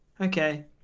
okay